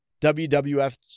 WWF